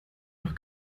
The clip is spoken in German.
doch